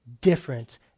different